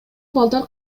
балдар